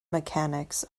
mechanics